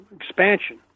Expansion